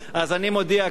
אז אני מודיע כאן,